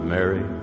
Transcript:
Mary